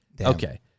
okay